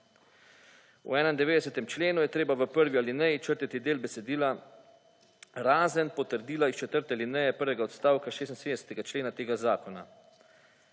V 91. členu je treba v prvi alineji črtati del besedila razen potrdila iz 4. alineje prvega odstavka 76. člena tega zakona.